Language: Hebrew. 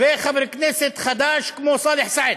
וחבר כנסת חדש כמו סלאח סעד.